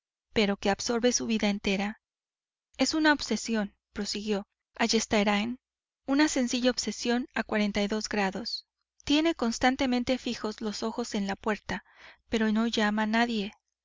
pero que absorbe su vida entera es una obsesión prosiguió ayestarain una sencilla obsesión a tiene constantemente fijos los ojos en la puerta pero no llama a nadie